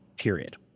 period